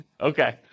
Okay